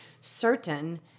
certain